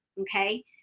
Okay